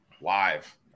live